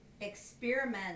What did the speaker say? Experiment